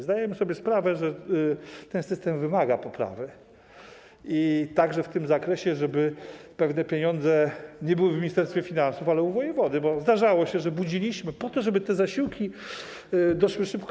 Zdajemy sobie sprawę, że ten system wymaga poprawy, także w tym zakresie, żeby pewne pieniądze nie były w Ministerstwie Finansów, ale u wojewody, bo zdarzało się, że budziliśmy ministra finansów, żeby te zasiłki doszły szybko.